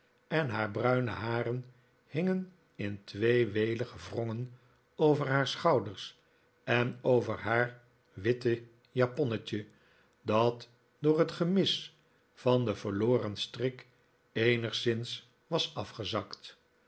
en haar bruine haren hingen in twee welige wrongen over haar schouders en over haar witte japonnetje dat door het gemis van den verloren strik eenigszing was afgezakt